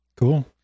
Cool